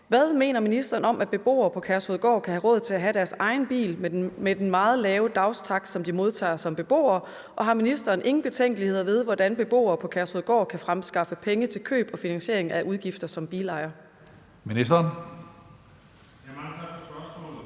Hvad mener ministeren om, at beboere på Kærshovedgård kan have råd til at have deres egen bil med den meget lave dagstakst, som de modtager som beboere, og har ministeren ingen betænkeligheder ved, hvordan beboere på Kærshovedgård kan fremskaffe penge til køb og finansiering af udgifter som bilejer?